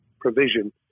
provision